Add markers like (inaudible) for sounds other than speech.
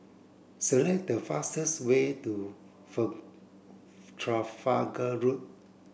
select the fastest way to (unintelligible) Trafalgar road